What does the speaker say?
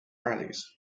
rallies